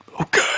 Okay